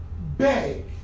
beg